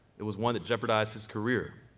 it was one that jeopardized his career.